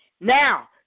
Now